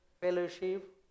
fellowship